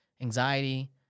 anxiety